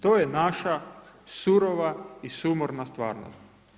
To je naša surova i sumorna stvarnost.